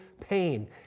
pain